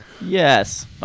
Yes